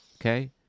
Okay